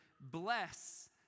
bless